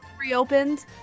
reopened